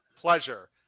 pleasure